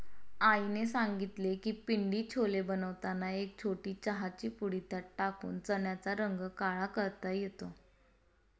आईने सांगितले की पिंडी छोले बनवताना एक छोटी चहाची पुडी त्यात टाकून चण्याचा रंग काळा करता येतो